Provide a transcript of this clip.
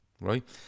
right